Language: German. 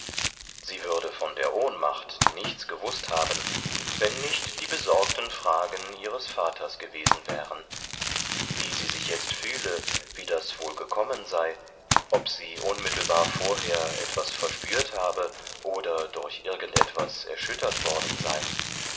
sie würde von der ohnmacht nichts gewußt haben wenn nicht die besorgten fragen ihres vaters gewesen wären wie sie sich jetzt fühle wie das wohl gekommen sei ob sie unmittelbar vorher etwas verspürt habe oder durch irgend etwas erschüttert worden sei